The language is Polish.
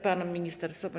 Pan minister Soboń.